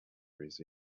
his